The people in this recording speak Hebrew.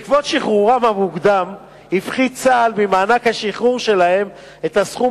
בעקבות שחרורם המוקדם הפחית צה"ל ממענק השחרור שלהם את הסכום